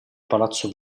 palazzo